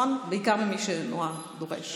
בעיקר למי שנורא דורש.